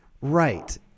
Right